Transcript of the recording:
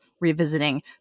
revisiting